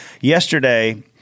yesterday